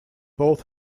both